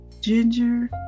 Ginger